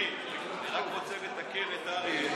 אבל אני נורא נורא רוצה לומר מה נשתנה.